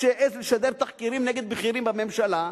שהעז לשדר תחקירים נגד בכירים בממשלה,